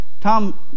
tom